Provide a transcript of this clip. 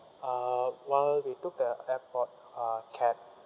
uh while we took the airport uh cab